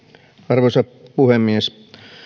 arvoisa puhemies